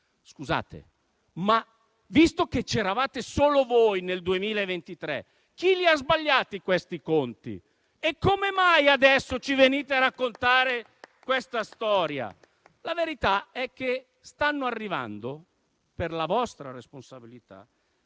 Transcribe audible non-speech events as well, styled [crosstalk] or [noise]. Scusate, ma visto che c'eravate solo voi nel 2023, chi li ha sbagliati questi conti e come mai adesso ci venite a raccontare questa storia? [applause] La verità è che, per la vostra responsabilità,